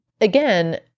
again